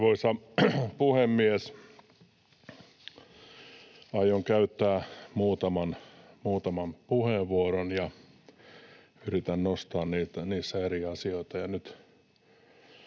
Arvoisa puhemies! Aion käyttää muutaman puheenvuoron, ja yritän nostaa niissä eri asioita.